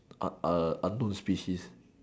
un~ err unknown species